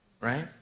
right